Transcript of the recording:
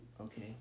Okay